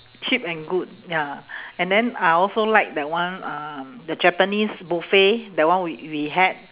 cheap and good ya and then I also like that one uh the japanese buffet that one we we had